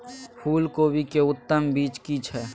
फूलकोबी के उत्तम बीज की छै?